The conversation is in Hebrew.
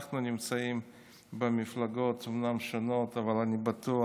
אנחנו אומנם נמצאים במפלגות שונות, אבל אני בטוח,